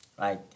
Right